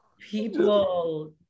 People